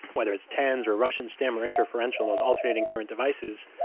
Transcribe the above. whether it's tens or russian stim or interferential, those alternating current devices,